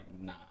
nah